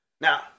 Now